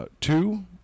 Two